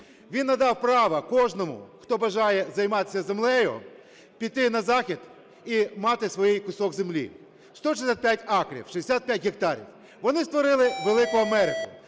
Він надав право кожному, хто бажає займатись землею, піти на Захід і мати свій кусок землі: 165 акрів, 65 гектарів. Вони створили велику Америку.